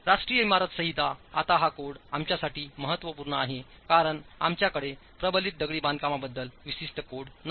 राष्ट्रीय इमारत संहिताआता हा कोड आमच्यासाठी महत्त्वपूर्ण आहे कारण आमच्याकडे प्रबलित दगडी बांधकामाबद्दल विशिष्ट कोड नाही